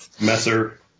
Messer